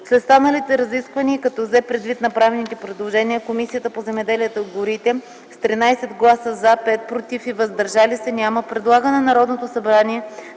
След станалите разисквания и като взе предвид направените предложения, Комисията по земеделието и горите с 13 гласа „за”, 5 – „против” и без „въздържали се”, предлага на Народното събрание